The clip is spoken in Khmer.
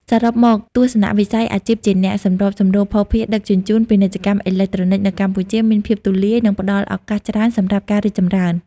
សរុបមក ទស្សនវិស័យអាជីពជាអ្នកសម្របសម្រួលភស្តុភារដឹកជញ្ជូន ពាណិជ្ជកម្មអេឡិចត្រូនិក នៅកម្ពុជាមានភាពទូលាយ និងផ្តល់ឱកាសច្រើនសម្រាប់ការរីកចម្រើន។